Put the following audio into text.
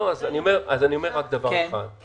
אני אומר רק דבר אחד,